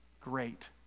great